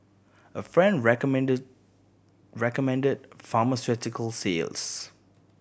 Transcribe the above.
a friend recommended recommended pharmaceutical sales